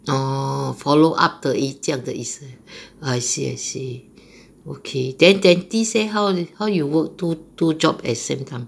orh follow up 的意这样的意思 I see I see okay then then dentist leh how how you work two two job at same time